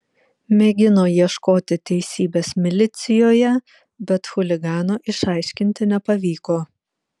mėgino ieškoti teisybės milicijoje bet chuligano išaiškinti nepavyko